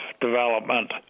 development